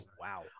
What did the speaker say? wow